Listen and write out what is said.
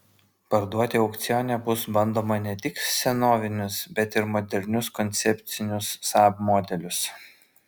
parduoti aukcione bus bandoma ne tik senovinius bet ir modernius koncepcinius saab modelius